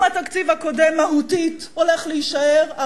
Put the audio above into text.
אם התקציב הקודם הולך להישאר מהותית,